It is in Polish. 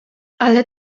ale